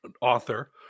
author